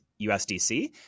USDC